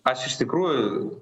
aš iš tikrųjų